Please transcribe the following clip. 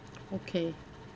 okay